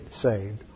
saved